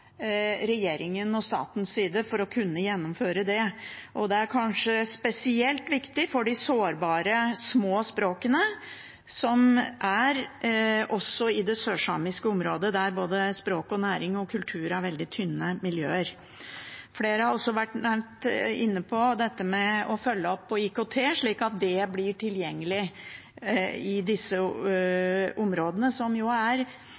regjeringen og statens side for å kunne gjennomføre det. Det er kanskje spesielt viktig for de sårbare, små språkene, som også er i det sørsamiske området, der både språk, næring og kultur er veldig smale miljøer. Flere har også vært inne på dette med å følge opp IKT, slik at det blir tilgjengelig i disse områdene, som jo er